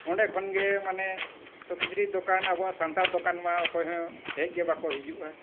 ᱚᱸᱰᱮ ᱠᱷᱚᱱ ᱜᱮ ᱢᱟᱱᱮ ᱛᱚ ᱠᱤᱪᱨᱤᱡ ᱫᱚᱠᱟᱱ ᱟᱵᱚᱣᱟᱜ ᱥᱟᱱᱛᱟᱲ ᱫᱚᱠᱟᱱ ᱢᱟ ᱚᱠᱚᱭ ᱦᱚᱸ ᱦᱮᱡ ᱜᱮ ᱵᱟᱠᱚ ᱦᱤᱡᱩᱜᱼᱟ